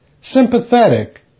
sympathetic